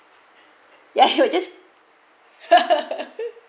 ya he was just